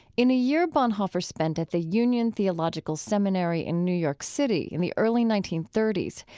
in a year bonhoeffer spent at the union theological seminary in new york city in the early nineteen thirty s,